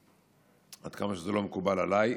עד כמה שזה לא מקובל עליי,